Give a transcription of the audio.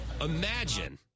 Imagine